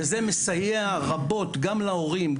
וזה מסייע רבות גם להורים,